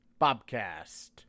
Bobcast